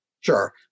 Sure